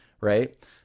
Right